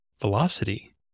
velocity